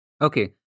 Okay